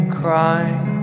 crying